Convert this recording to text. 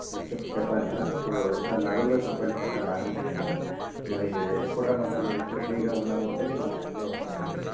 మీరు చొ చొప్పదండేనా సో సార్ నాది కూడా చొప్పదండి పక్కన రాగంపేటనే అండి మరి ఎప్పుడు రమ్మంటారు మీరు ఎప్పుడు ఫ్రీగా ఉన్నారు అంటే నేను ఆ టైమ్లో వస్తానండి